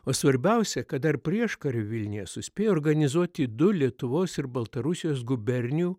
o svarbiausia kad dar prieškario vilniuje suspėjo organizuoti du lietuvos ir baltarusijos gubernijų